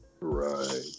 Right